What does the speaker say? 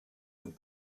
would